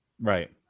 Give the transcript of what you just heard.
right